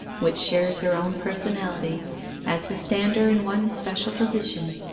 which shares her own personality as the stander in one special position,